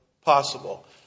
possible